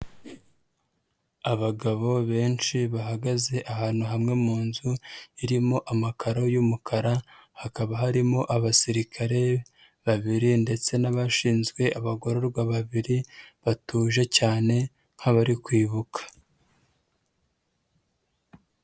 Abagabo benshi bahagaze ahantu hamwe mu nzu irimo amakaro y'umukara, hakaba harimo abasirikare babiri ndetse n'abashinzwe abagororwa babiri, batuje cyane nk'abari kwibuka.